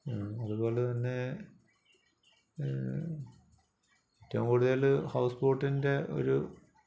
അതുപോലെതന്നെ ഏറ്റവും കൂടുതൽ ഹൗസ്ബോട്ടിൻ്റെ ഒരു